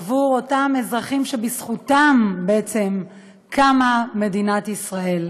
עבר אותם אזרחים שבזכותם בעצם קמה מדינת ישראל.